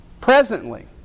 presently